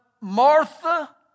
Martha